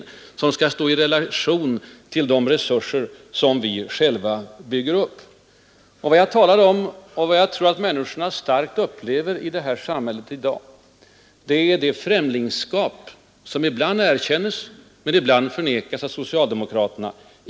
Den måste stå i relation till de resurser vi själva bygger upp. Vad jag talade om och tror är att människorna i vårt samhälle i dag starkt upplever ett främlingskap inför den utveckling som pågår, ett främlingskap som ibland erkänns men ofta förnekas av socialdemokraterna.